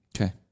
Okay